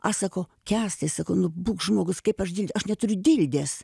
aš sakau kęstai sakau būk žmogus kaip aš aš neturiu dildės